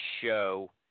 show